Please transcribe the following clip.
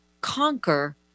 conquer